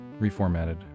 reformatted